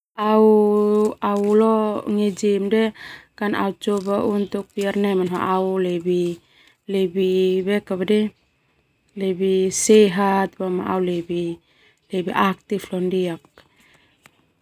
Au coba untuk au lebih lebih sehat au lebih aktif.